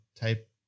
type